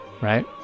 right